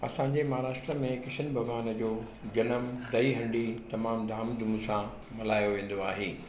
असां जे महाराष्ट्रा में कृष्न भॻवान जो जनमु दही हांडी तमामु धाम धूम सां मल्हायो वेंदो आहे